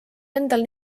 endal